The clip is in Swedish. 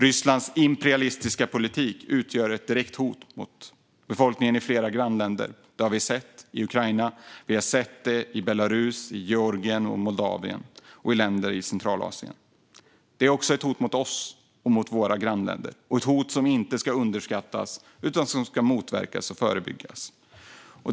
Rysslands imperialistiska politik utgör även ett direkt hot mot befolkningen i flera grannländer. Det har vi sett i Ukraina. Vi har även sett det i Belarus, Georgien och Moldavien samt i länder i Centralasien. Den är också ett hot mot oss och mot våra grannländer, ett hot som inte ska underskattas utan motverkas och förebyggas.